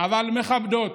אבל מכבדות